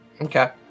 Okay